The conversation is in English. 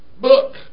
book